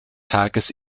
tages